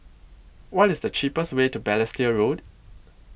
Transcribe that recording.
What IS The cheapest Way to Balestier Road